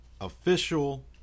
official